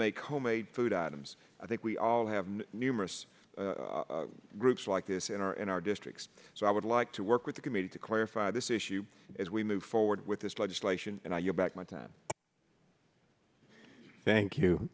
make homemade food items i think we all have numerous groups like this in our in our districts so i would like to work with the committee to clarify this issue as we move forward with this legislation and you're back my time thank you